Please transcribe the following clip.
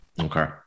Okay